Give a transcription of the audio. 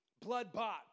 blood-bought